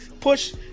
push